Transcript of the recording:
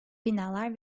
binalar